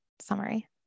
summary